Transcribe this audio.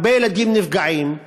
שהרבה ילדים נפגעים,